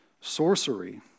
sorcery